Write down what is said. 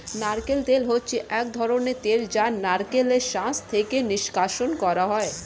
নারকেল তেল হচ্ছে এক ধরনের তেল যা নারকেলের শাঁস থেকে নিষ্কাশণ করা হয়